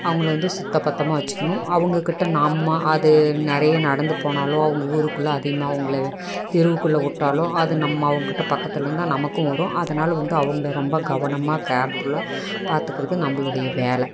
அவங்கள வந்து சுத்தபத்தமாக வச்சுக்கணும் அவங்ககிட்ட நாம்ம அது நிறைய நடந்து போனாலோ அவங்க ஊருக்குள்ள அதிகமாக அவங்கள தெருவுக்குள்ள விட்டாலோ அது நம்ம அவங்கிட்ட பக்கத்தில் இருந்தால் நமக்கும் வரும் அதனால் வந்து அவங்கள ரொம்ப கவனமாக கேர்புல்லாக பார்த்துக்கிறது நம்மளுடைய வேலை